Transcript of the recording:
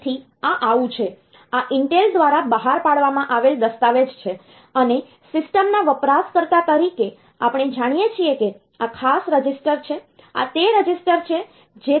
તેથી આ આવું છે આ ઇન્ટેલ દ્વારા બહાર પાડવામાં આવેલ દસ્તાવેજ છે અને સિસ્ટમના વપરાશકર્તા તરીકે આપણે જાણીએ છીએ કે આ ખાસ રજીસ્ટર છે આ તે રજીસ્ટર છે જે ત્યાં છે